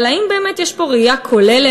אבל האם באמת יש פה ראייה כוללת,